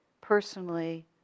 personally